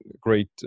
great